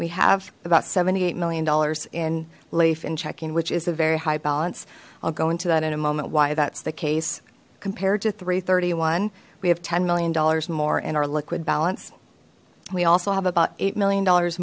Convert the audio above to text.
we have about seventy eight million dollars in life in checking which is a very high balance i'll go into that in a moment why that's the case compared to three hundred and thirty one we have ten million dollars more in our liquid balance we also have about eight million dollars